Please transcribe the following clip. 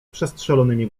przestrzelonymi